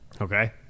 Okay